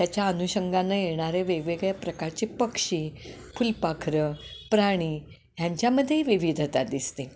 त्याच्या अनुषंगांने येणारे वेगवेगळ्या प्रकारचे पक्षी फुलपाखरं प्राणी ह्यांच्यामध्येही विविधता दिसते